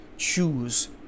Choose